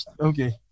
okay